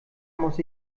muss